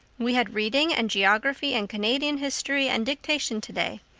we had reading and geography and canadian history and dictation today.